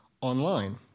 online